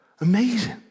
amazing